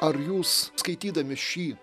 ar jūs skaitydami šį